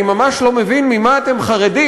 אני ממש לא מבין ממה אתם חרדים.